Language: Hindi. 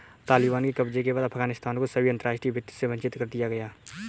तालिबान के कब्जे के बाद अफगानिस्तान को सभी अंतरराष्ट्रीय वित्त से वंचित कर दिया गया